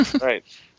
Right